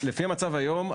לפי המצב היום,